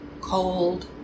cold